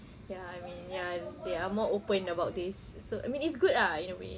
ya I mean ya they are more open about this so I mean it's good ah in a way